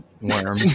worm